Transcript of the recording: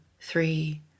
three